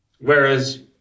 Whereas